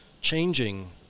changing